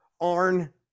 Arn